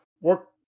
work